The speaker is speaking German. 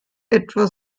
etwa